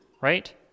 right